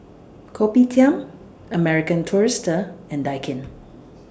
Kopitiam American Tourister and Daikin